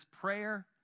prayer